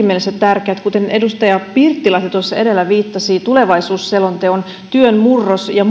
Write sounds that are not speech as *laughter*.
siinäkin mielessä tärkeät että kuten edustaja pirttilahti tuossa edellä viittasi tulevaisuusselonteon havaintoihin työn murroksesta ja *unintelligible*